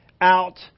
out